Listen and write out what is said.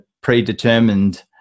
predetermined